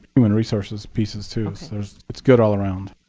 human resources pieces too, so it's good all around.